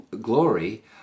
glory